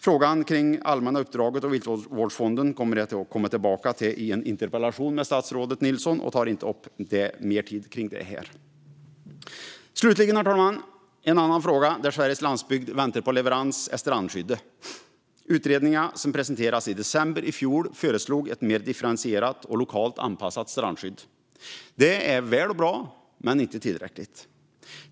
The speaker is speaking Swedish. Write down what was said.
Frågan om det allmänna uppdraget och Viltvårdsfonden kommer jag att återkomma till i en interpellationsdebatt med statsrådet Nilsson, och jag tar inte upp mer om det nu. Slutligen, herr talman, vill jag säga något om en annan fråga där Sveriges landsbygd väntar på leverans, nämligen strandskyddet. Utredningen, som presenterades i december i fjol, föreslog ett mer differentierat och lokalt anpassat strandskydd. Det är bra, men inte tillräckligt.